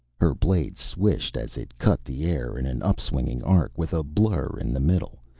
her blade swished as it cut the air in an upswinging arc with a blur in the middle,